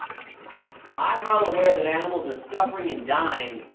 i am well aware that animals are suffering and dying,